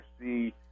see